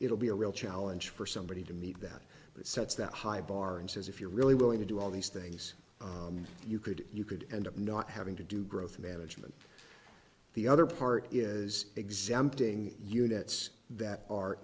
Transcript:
it'll be a real challenge for somebody to meet that that sets that high bar and says if you're really willing to do all these things you could you could end up not having to do growth management the other part is exempting units that are